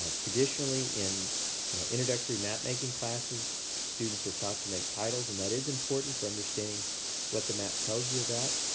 ah traditionally, in introductory map making classes students are taught to make titles. and that is important for understanding what the map tells you about.